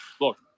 look